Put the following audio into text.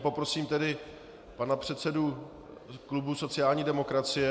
Poprosím tedy pana předsedu klubu sociální demokracie.